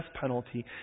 penalty